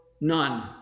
none